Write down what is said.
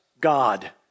god